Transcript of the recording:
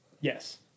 Yes